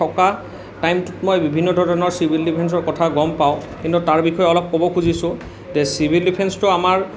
থকা টাইমটোত মই বিভিন্ন ধৰণৰ চিভিল ডিফেন্সৰ কথা গম পাওঁ কিন্তু তাৰ বিষয়ে অলপ ক'ব খুজিছোঁ যে চিভিল ডিফেন্সটো আমাৰ